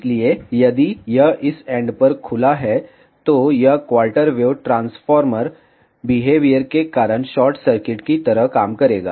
इसलिए यदि यह इस एन्ड पर खुला है तो यह क्वार्टर वेव ट्रांसफार्मर बिहेवियर के कारण शॉर्ट सर्किट की तरह काम करेगा